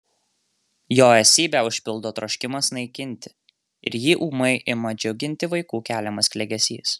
jo esybę užpildo troškimas naikinti ir jį ūmai ima džiuginti vaikų keliamas klegesys